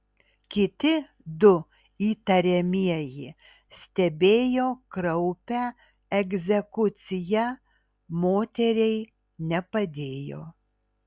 kiti du įtariamieji stebėjo kraupią egzekuciją moteriai nepadėjo